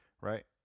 Right